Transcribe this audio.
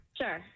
sure